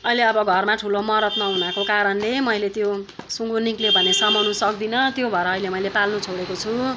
अहिले अब घरमा ठुलो मरद् नहुनको कारणले मैले त्यो सुँगुर निक्ल्यो भने समाउनु सक्दिन त्यो भएर अहिले मैले पाल्नु छोडेको छु